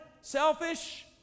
selfish